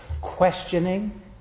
questioning